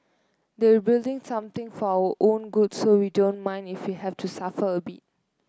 they will building something for our own good so we don't mind if we have to suffer a bit